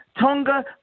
Tonga